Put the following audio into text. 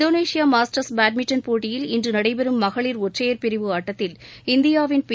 Indonesia Masters badminton போட்டியில் இன்று நடைபெறும் மகளிர் ஒற்றையர் பிரிவு ஆட்டத்தில் இந்தியாவின் பி